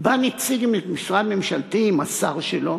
בא נציג משרד ממשלתי עם השר שלו